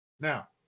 Now